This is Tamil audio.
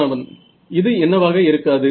மாணவன் இது என்னவாக இருக்காது